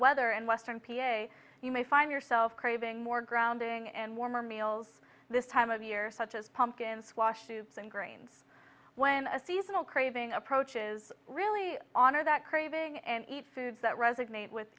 weather and western p a you may find yourself craving more grounding and warmer meals this time of year such as pumpkin squash soup and grains when a seasonal craving approaches really honor that craving and eat foods that resonate with